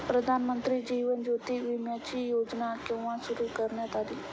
प्रधानमंत्री जीवन ज्योती विमाची योजना केव्हा सुरू करण्यात आली?